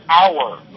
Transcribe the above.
hour